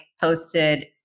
posted